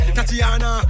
Tatiana